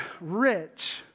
rich